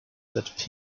that